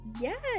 yes